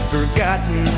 Forgotten